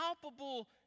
palpable